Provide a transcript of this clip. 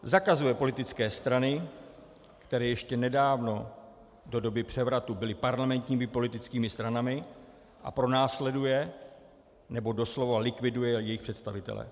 Zakazuje politické strany, které ještě nedávno, do doby převratu, byly parlamentními politickými stranami, a pronásleduje, nebo doslova likviduje jejich představitele.